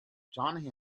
john